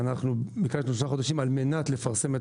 שביקשנו שלושה חודשים על-מנת לפרסם את